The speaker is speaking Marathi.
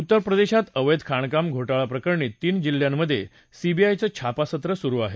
उत्तर प्रदेशात अवैध खाणकाम घोटाळा प्रकरणी तीन जिल्ह्यांमध्ये सीबीआयचं छापासत्र सुरू आहे